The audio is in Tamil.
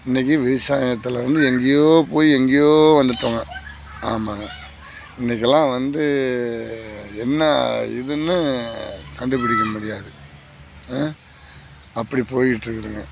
இன்னைக்கு விவசாயத்தில் வந்து எங்கேயோ போய் எங்கேயோ வந்து விட்டோங்க ஆமாம்ங்க இன்னைக்கெல்லாம் வந்து என்ன இதுன்னு கண்டுபிடிக்க முடியாது அப்படி போயிகிட்டு இருக்குதுங்க